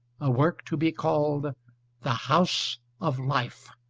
a work to be called the house of life,